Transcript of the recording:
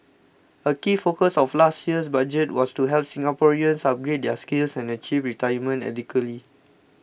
a key focus of last year's budget was to help Singaporeans upgrade their skills and achieve retirement adequacy